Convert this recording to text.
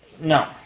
No